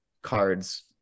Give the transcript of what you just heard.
cards